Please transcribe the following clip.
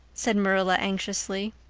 said marilla anxiously.